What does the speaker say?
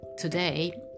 Today